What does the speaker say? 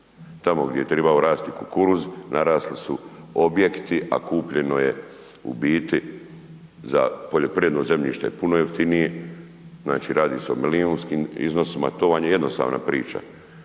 Tamo gdje je trebao rasti kukuruz narasli su objekti a kupljeno je u biti za poljoprivredno zemljište puno jeftiniji, znači radi se o milijunskim iznosima to vam je jednostavna priča.